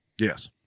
Yes